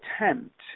attempt